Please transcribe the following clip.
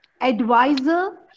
Advisor